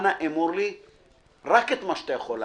אנא אמור לי רק את מה שאתה יכול להגיד,